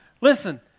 Listen